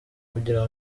kugira